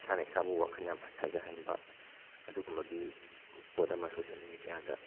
ꯏꯁꯥꯅ ꯏꯁꯥꯕꯨ ꯋꯥꯈꯜ ꯌꯥꯝ ꯍꯟꯊꯥꯖꯍꯟꯕ ꯑꯗꯨꯒꯨꯝꯕꯒꯤ ꯄꯣꯠ ꯑꯃ ꯁꯣꯁꯤꯌꯦꯜ ꯃꯦꯗꯤꯌꯥ ꯗ